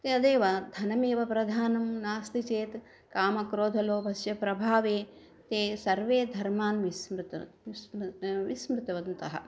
तदेव धनमेव प्रधानं नास्ति चेत् कामक्रोधलोभस्य प्रभावे ते सर्वे धर्मान् विस्मृत्य विस्मृ विस्मृतवन्तः